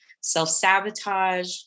self-sabotage